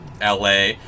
LA